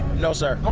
no sir.